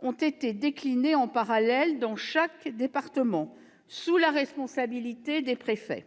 ont été déclinées, en parallèle, dans chaque département, sous la responsabilité des préfets.